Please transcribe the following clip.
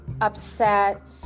upset